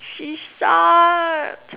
she shot